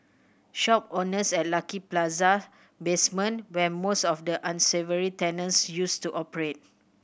shop owners at Lucky Plaza basement where most of the unsavoury tenants used to operate